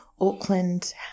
Auckland